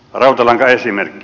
rautalankaesimerkki